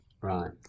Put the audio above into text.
Right